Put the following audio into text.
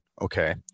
okay